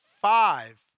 five